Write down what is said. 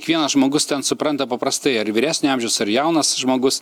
kiekvienas žmogus ten supranta paprastai ar vyresnio amžiaus ar jaunas žmogus